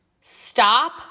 Stop